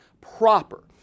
proper